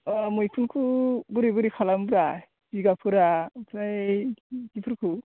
अह मैखुनखौ बोरै बोरै खालामोब्रा जिगाबफोरा ओमफ्राय बेफोरखौ